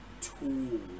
tool